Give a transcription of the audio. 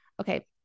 Okay